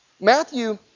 Matthew